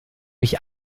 mich